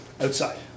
outside